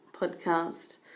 podcast